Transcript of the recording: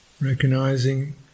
Recognizing